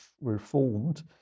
reformed